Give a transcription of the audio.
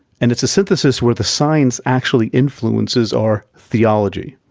and it's a synthesis where the science actually influences our theology.